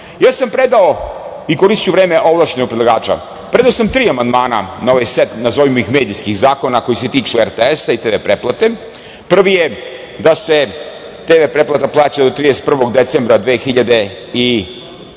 sam predao, koristiću vreme ovlašćenog predlagača, tri amandmana na ovaj set, nazovimo ih, medijskih zakona, koji se tiču RTS-a i TV pretplate. Prvi je da se TV pretplata plaća do 1. decembra 2024.